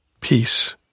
peace